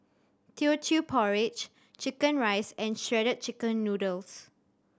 Teochew Porridge chicken rice and Shredded Chicken Noodles